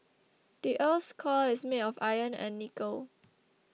the earth's core is made of iron and nickel